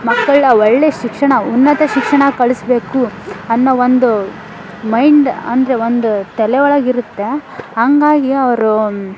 ಮಕ್ಕಳನ್ನ ಒಳ್ಳೆಯ ಶಿಕ್ಷಣ ಉನ್ನತ ಶಿಕ್ಷಣಕ್ಕೆ ಕಳಿಸ್ಬೇಕು ಅನ್ನೋ ಒಂದು ಮೈಂಡ್ ಅಂದರೆ ಒಂದು ತಲೆ ಒಳಗಿರುತ್ತೆ ಹಂಗಾಗಿ ಅವ್ರು